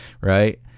right